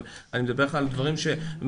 אני מדבר איתך על דברים ש,